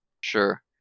Sure